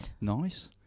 Nice